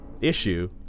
issue